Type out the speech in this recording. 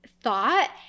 thought